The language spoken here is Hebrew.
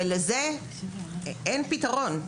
לזה כרגע אין פתרון.